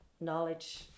knowledge